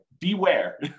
beware